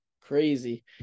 crazy